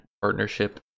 partnership